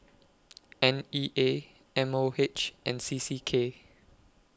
N E A M O H and C C K